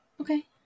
Okay